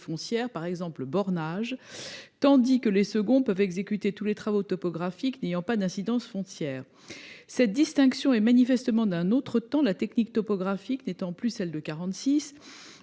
par exemple le bornage, tandis que les seconds peuvent exécuter tous les travaux topographiques n'ayant pas d'incidence foncière. Pourtant, cette distinction est manifestement d'un autre temps, la technique topographique n'étant plus celle de 1946,